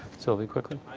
sylvie, quickly?